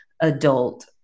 adult